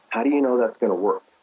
how do you know that's going to work?